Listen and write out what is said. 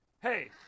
Hey